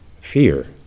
fear